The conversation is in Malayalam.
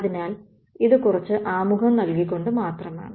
അതിനാൽ ഇത് കുറച്ച് ആമുഖം നൽകിക്കൊണ്ട് മാത്രമാണ്